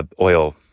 oil